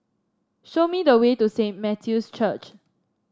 show me the way to Saint Matthew's Church